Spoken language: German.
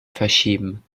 verschieben